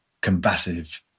combative